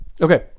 Okay